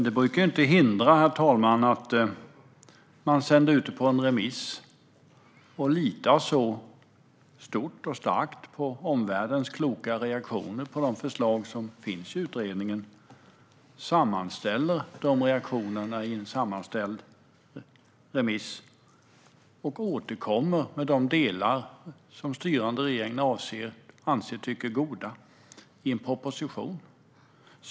Det brukar dock inte hindra, herr talman, att man sänder ut en utredning på remiss, att man litar starkt på omvärldens kloka reaktioner på de förslag som finns i den, sammanställer reaktionerna i en remiss och återkommer med de förslag som den styrande regeringen tycker är goda i en proposition.